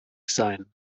sein